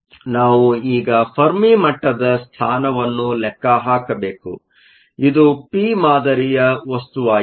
ಆದ್ದರಿಂದ ನಾವು ಈಗ ಫೆರ್ಮಿ ಮಟ್ಟದ ಸ್ಥಾನವನ್ನು ಲೆಕ್ಕ ಹಾಕಬೇಕು ಇದು ಪಿ ಮಾದರಿಯ ವಸ್ತುವಾಗಿದೆ